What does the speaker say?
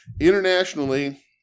Internationally